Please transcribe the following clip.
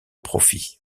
profit